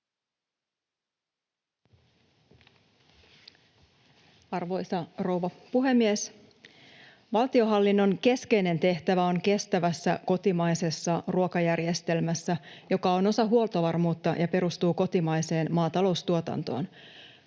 Arvoisa rouva puhemies! Valtionhallinnon keskeinen tehtävä on kestävässä kotimaisessa ruokajärjestelmässä, joka on osa huoltovarmuutta ja perustuu kotimaiseen maataloustuotantoon.